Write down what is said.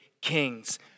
kings